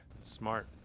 smart